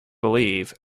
believe